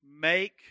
make